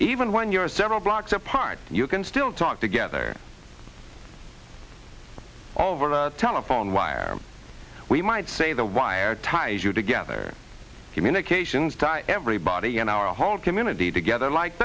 even when you're several blocks apart you can still talk together all over the telephone wire we might say the wire ties you together communications die everybody and our whole community together like